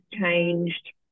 changed